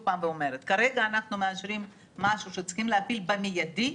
כרגע אנחנו מאשרים משהו שצריך להפעיל במיידי,